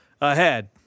ahead